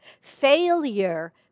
Failure